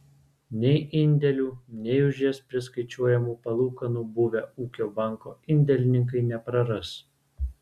nei indėlių nei už jas priskaičiuojamų palūkanų buvę ūkio banko indėlininkai nepraras